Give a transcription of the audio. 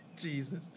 Jesus